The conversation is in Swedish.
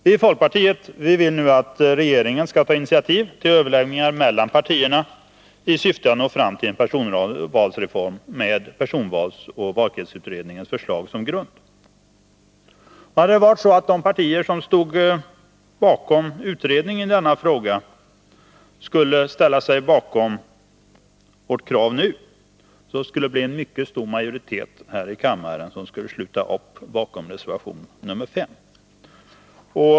Vi i folkpartiet vill att regeringen skall ta initiativ till överläggningar mellan partierna i syfte att nå fram till en personvalsreform med personvalsoch valkretsutredningens förslag som grund. Om de partier som stod bakom utredningen i denna fråga skulle ställa sig bakom vårt krav nu skulle det bli en mycket stor majoritet här i kammaren som skulle sluta upp bakom reservation 5.